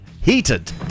heated